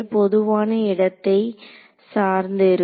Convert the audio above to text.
பொதுவான இடத்தை சார்ந்து இருக்கும்